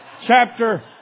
chapter